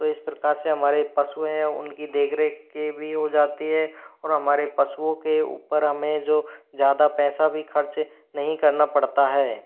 तो इस प्रकार से हमारे पशु हैं उनकी देखरेख के भी हो जाती है और हमारे पशुओं के ऊपर हमें जो ज़्यादा पैसा भी खर्च नहीं करना पड़ता है